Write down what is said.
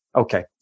Okay